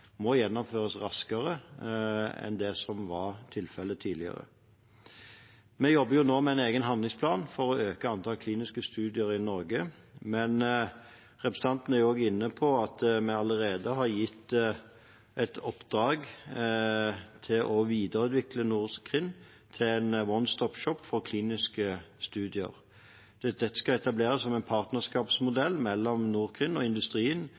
gjennomføres raskere enn det som var tilfellet tidligere. Vi jobber nå med en egen handlingsplan for å øke antallet kliniske studier i Norge, men representanten er også inne på at vi allerede har gitt et oppdrag om å videreutvikle NorCRIN til en «one-stop shop» for kliniske studier. Dette skal etableres som en partnerskapsmodell mellom NorCRIN og industrien,